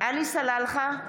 עלי סלאלחה,